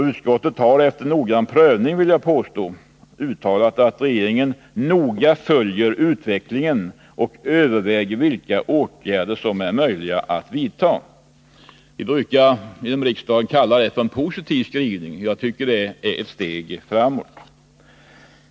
Utskottet har, efter noggrann prövning, vill jag påstå, uttalat att regeringen noga följer utvecklingen och överväger vilka åtgärder som är möjliga att vidta. Vi brukar inom riksdagen kalla det för en positiv skrivning. Jag tycker det är ett steg framåt.